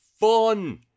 fun